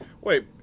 Wait